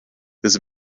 this